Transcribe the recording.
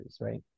right